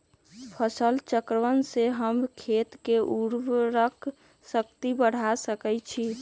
फसल चक्रण से हम खेत के उर्वरक शक्ति बढ़ा सकैछि?